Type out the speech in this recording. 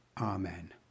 Amen